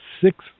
six